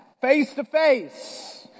face-to-face